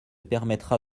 permettra